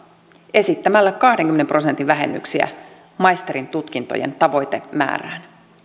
esittämällä kahdenkymmenen prosentin vähennyksiä maisterintutkintojen tavoitemäärään